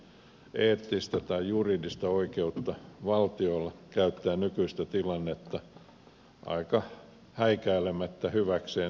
en näe mitään eettistä tai juridista oikeutta valtiolla käyttää nykyistä tilannetta aika häikäilemättä hyväkseen pienyrittäjän kustannuksella